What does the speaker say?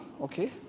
okay